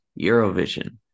Eurovision